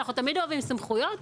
אנחנו תמיד אוהבים סמכויות,